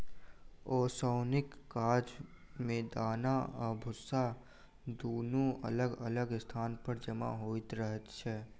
ओसौनीक काज मे दाना आ भुस्सा दुनू अलग अलग स्थान पर जमा होइत रहैत छै